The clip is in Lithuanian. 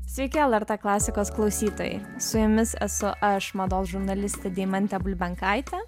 sykį lrt klasikos klausytojai su jumis esu aš mados žurnalistė deimantė bulbenkaitė